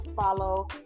follow